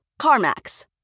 CarMax